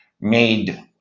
made